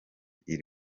iri